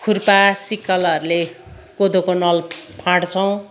खुर्पा सिकलहरूले कोदोको नल फाड्छौँ